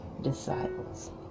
disciples